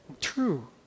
true